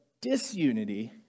disunity